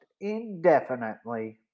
indefinitely